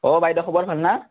অঁ বাইদেউ খবৰ ভাল না